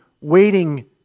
waiting